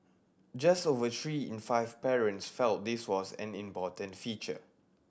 just over three in five parents felt this was an important feature